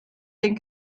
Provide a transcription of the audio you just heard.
den